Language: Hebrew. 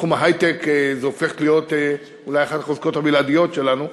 בתחום ההיי-טק זה הופך להיות אולי אחת החוזקות הבלעדיות שלנו,